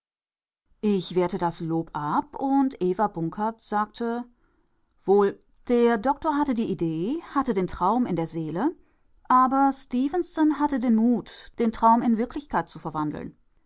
ich wehrte das lob ab und eva bunkert sagte wohl der doktor hatte die idee hatte den traum in der seele aber stefenson hatte den mut den traum in wirklichkeit zu verwandeln